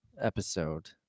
episode